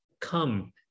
Come